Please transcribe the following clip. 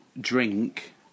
drink